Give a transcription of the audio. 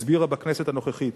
הסבירה בכנסת הנוכחית.